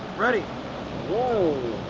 ready whoa!